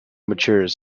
matures